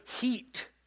heat